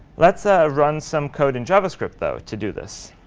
let's ah run some code in javascript though to do this.